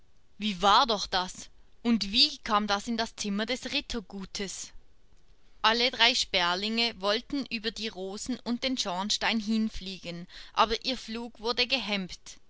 wie war doch das und wie kam das in das zimmer des rittergutes alle drei sperlinge wollten über die rosen und den schornstein hinfliegen aber ihr flug wurde gehemmt